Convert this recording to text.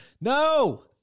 No